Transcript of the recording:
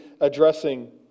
addressing